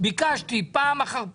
ביקשתי פעם אחר פעם,